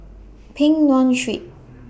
Peng Nguan Street